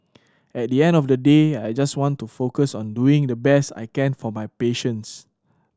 at the end of the day I just want to focus on doing the best I can for my patients